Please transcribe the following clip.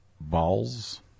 balls